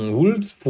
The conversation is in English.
Wolves